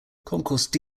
concourse